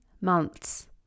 months